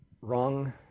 Wrong